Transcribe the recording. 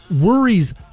worries